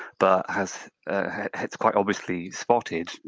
but as het's quite obviously spotted,